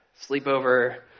sleepover